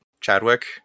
Chadwick